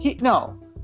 No